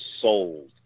sold